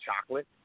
chocolate